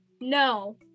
No